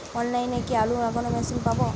অনলাইনে কি আলু লাগানো মেশিন পাব?